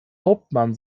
hauptmann